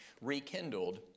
rekindled